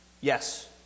Yes